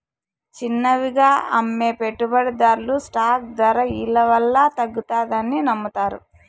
చిన్నవిగా అమ్మే పెట్టుబడిదార్లు స్టాక్ దర ఇలవల్ల తగ్గతాదని నమ్మతారు